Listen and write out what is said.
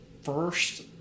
First